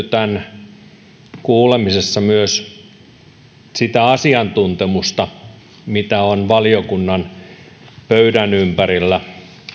tämän kuulemisessa myös sitä asiantuntemusta mitä on valiokunnan pöydän ympärillä